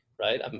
Right